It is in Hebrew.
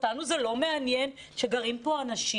אותנו זה לא מעניין שגרים פה אנשים,